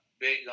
big